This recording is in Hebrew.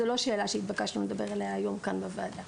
זה לא שאלה שהתבקשנו לדבר עליה היום כאן בוועדה